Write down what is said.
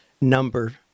number